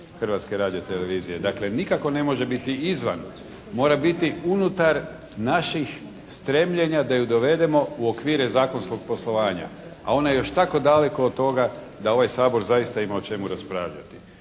Hrvatske radiotelevizije. Dakle nikako ne može biti izvan, mora biti unutar naših stremljenja da ju dovedemo u okvire zakonskog poslovanja, a ona je još tako daleko od toga da ovaj Sabor zaista ima o čemu raspravljati.